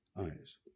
eyes